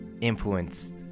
influence